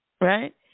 right